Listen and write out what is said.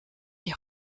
die